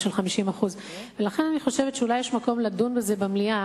של 50%. ולכן אני חושבת שאולי יש מקום לדון בזה במליאה,